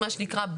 מה שנקרא,